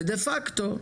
שדה פקטו,